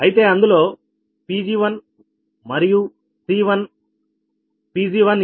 అయితే అందులో Pg1 మరియు C1 Pg1 161